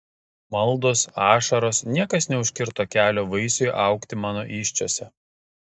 maldos ašaros niekas neužkirto kelio vaisiui augti mano įsčiose